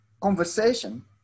conversation